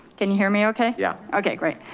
can you hear me okay? yeah. okay, great.